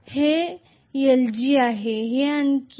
हे lg आहे हे आणखी एक lg आहे तेच आहे